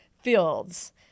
fields